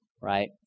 right